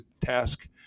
task